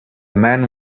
man